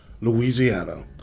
Louisiana